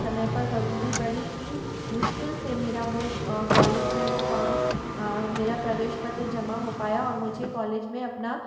समय पर करूँगी बड़ी ही मुश्किल से मेरा वो कॉलेज में वो फार्म मेरा प्रवेश पत्र जमा हो पाया और मुझे कॉलेज में अपना